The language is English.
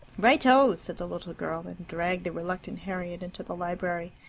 righto! said the little girl, and dragged the reluctant harriet into the library.